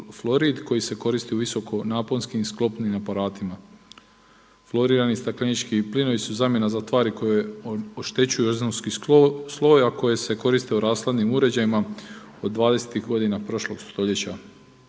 koji se koristi u visoko naponskim sklopnim aparatima. Fluorirani staklenički plinovi su zamjena za tvari koje oštećuju ozonski sloj a koje se koriste u rashladnim uređajima od 20-tih godina prošlog stoljeća.